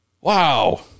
Wow